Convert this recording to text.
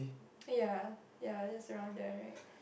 oh ya ya that's around there right